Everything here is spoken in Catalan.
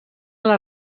les